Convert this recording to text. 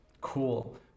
cool